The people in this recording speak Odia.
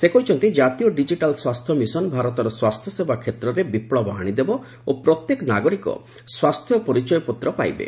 ସେ କହିଛନ୍ତି ଜାତୀୟ ଡିଜିଟାଲ୍ ସ୍ୱାସ୍ଥ୍ୟ ମିଶନ ଭାରତର ସ୍ୱାସ୍ଥ୍ୟସେବା କ୍ଷେତ୍ରରେ ବିପ୍ଲବ ଆଶିଦେବ ଓ ପ୍ରତ୍ୟେକ ନାଗରିକ ସ୍ୱାସ୍ଥ୍ୟ ପରିଚୟପତ୍ର ପାଇବେ